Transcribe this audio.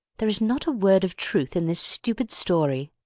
there is not a word of truth in this stupid story.